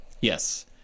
Yes